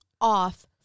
off